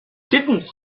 didn’t